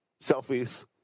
selfies